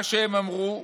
מה שהם אמרו: